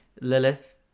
Lilith